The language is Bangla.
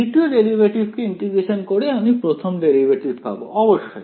দ্বিতীয় ডেরিভেটিভকে ইন্টিগ্রেশন করে আমি প্রথম ডেরিভেটিভ পাব অবশ্যই